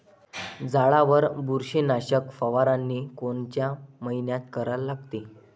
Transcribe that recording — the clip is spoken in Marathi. झाडावर बुरशीनाशक फवारनी कोनच्या मइन्यात करा लागते?